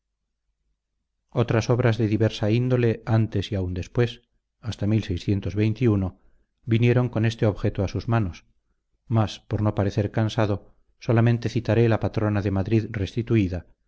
otras obras de diversa índole antes y aun después hasta vinieron con este objeto a sus manos mas por no parecer cansado solamente citaré la patrona de madrid restituida